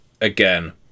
again